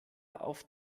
auf